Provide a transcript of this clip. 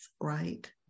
right